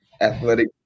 athletic